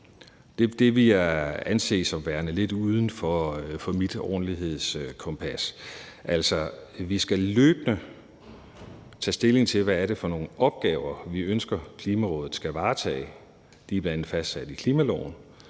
det vil jeg anse som værende lidt uden for mit ordentlighedskompas. Vi skal løbende tage stilling til, hvad det er for nogle opgaver, vi ønsker Klimarådet skal varetage – de er bl.a. fastsat i klimaloven